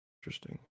interesting